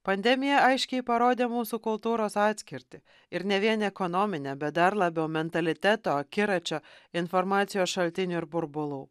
pandemija aiškiai parodė mūsų kultūros atskirtį ir ne vien ekonominę bet dar labiau mentaliteto akiračio informacijos šaltinių ir burbulų